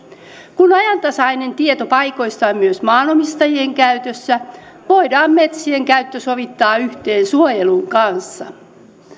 kun ajantasainen tieto paikoista on myös maanomistajien käytössä voidaan metsien käyttö sovittaa yhteen suojelun kanssa